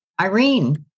Irene